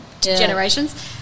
generations